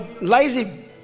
lazy